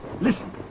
Listen